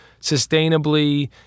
sustainably